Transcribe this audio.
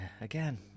again